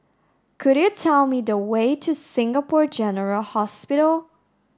could you tell me the way to Singapore General Hospital